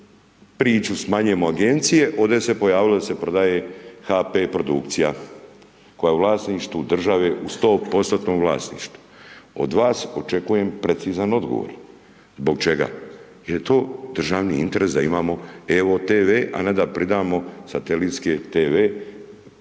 priču smanjujemo Agencije, ovdje se pojavilo da se prodaje HP produkcija koja je u vlasništvu države u 100%-tnom vlasništvu. Od vas očekujem precizan odgovor. Zbog čega? Jer je to državni interes da imamo evo-tv, a ne da pridamo satelitske tv monopolistu,